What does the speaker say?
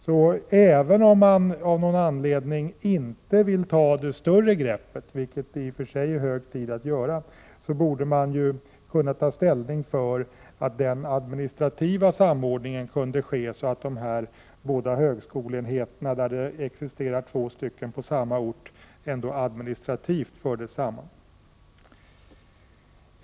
Så även om man av någon anledning inte vill ta det större greppet, vilket det i och för sig är hög tid att göra, — borde man kunna ta ställning för att de båda högskoleenheterna på orter där det existerar två stycken administrativt förs samman.